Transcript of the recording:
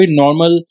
normal